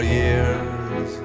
years